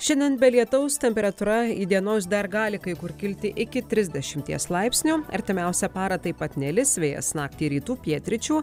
šiandien be lietaus temperatūra įdienojus dar gali kai kur kilti iki trisdešimties laipsnių artimiausią parą taip pat nelis vėjas naktį rytų pietryčių